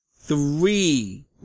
Three